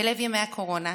בלב ימי הקורונה,